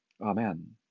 Amen